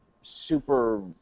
super